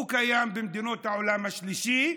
הוא קיים במדינות העולם השלישי,